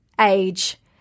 age